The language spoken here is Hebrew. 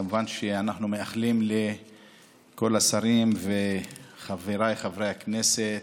כמובן שאנחנו מאחלים לכל השרים וחבריי חברי הכנסת,